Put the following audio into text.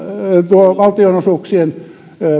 valtionosuuksien